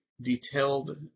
detailed